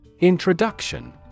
Introduction